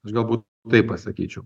aš galbūt taip pasakyčiau